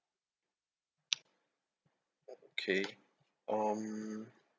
okay um